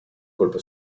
colpa